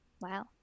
Wow